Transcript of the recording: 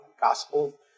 Gospel